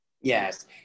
Yes